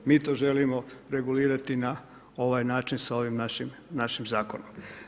Mi to želimo regulirati na ovaj način sa ovim našim zakonom.